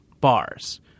bars